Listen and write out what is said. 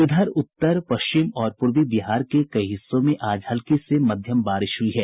इधर उत्तर पश्चिम और पूर्वी बिहार के कई हिस्सों में आज हल्की से मध्यम बारिश हुई है